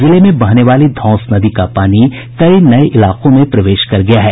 जिले में बहने वाली धौंस नदी का पानी कई नये इलाकों में प्रवेश कर गया है